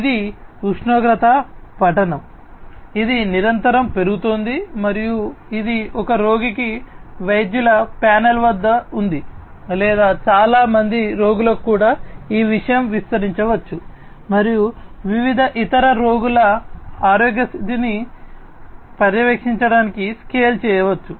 ఇది ఉష్ణోగ్రత పఠనం ఇది నిరంతరం పెరుగుతోంది మరియు ఇది ఒక రోగికి వైద్యుల ప్యానెల్ వద్ద ఉంది లేదా చాలా మంది రోగులకు కూడా ఈ విషయం విస్తరించవచ్చు మరియు వివిధ ఇతర రోగుల ఆరోగ్య పరిస్థితిని పర్యవేక్షించడానికి స్కేల్ చేయవచ్చు